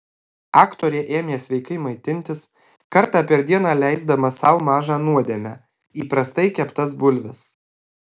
aktorė ėmė sveikai maitintis kartą per dieną leisdama sau mažą nuodėmę įprastai keptas bulves